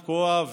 תקוע,